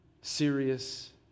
serious